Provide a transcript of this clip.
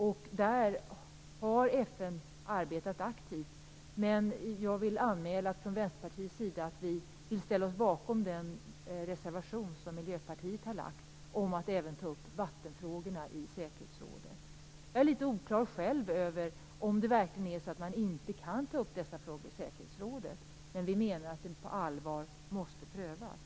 FN har arbetat aktivt, men jag vill anmäla att vi från Vänsterpartiets sida vill ställa oss bakom den reservation som Miljöpartiet har om att man även skall ta upp vattenfrågorna i säkerhetsrådet. Jag är själv litet oklar över om man verkligen inte kan ta upp dessa frågor i säkerhetsrådet. Vi menar att det på allvar måste prövas.